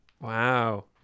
Wow